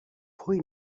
pwy